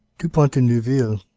dupont de neuville,